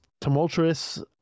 tumultuous